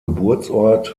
geburtsort